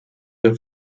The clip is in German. der